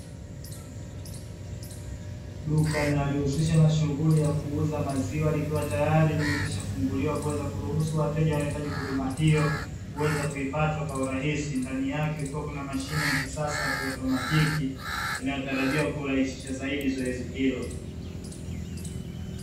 Duka linalojihusisha na shughuli ya kuuza maziwa, likiwa tayari limekwisha funguliwa, kuweza kuruhusu wateja wanaohitaji huduma hiyo kuweza kuipata kwa urahisi, ndani yake kukiwa na mashine ya kisasa ya kiautomatiki, inayotarajiwa kurahisisha zaidi zoezi hilo.